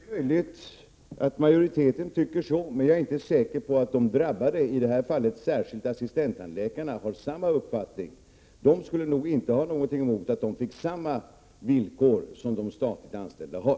Herr talman! Det är möjligt att majoriteten tycker så. Jag är dock inte säker på att de berörda, i det här fallet särskilt assistenttandläkarna, har samma uppfattning. De skulle nog inte ha någonting emot att de fick samma villkor som de statligt anställda har.